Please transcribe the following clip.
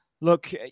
look